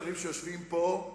השרים שיושבים פה,